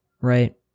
right